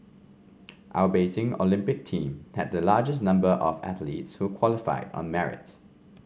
our Beijing Olympic team had the largest number of athletes who qualified on merits